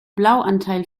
blauanteil